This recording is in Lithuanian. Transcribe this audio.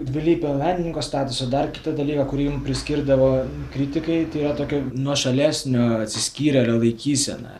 dvilypio menininko statuso dar kitą dalyką kurį jum priskirdavo kritikai tai yra tokia nuošalesnio atsiskyrėlio laikysena